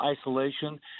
isolation